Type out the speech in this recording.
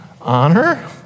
honor